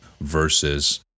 versus